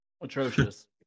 Atrocious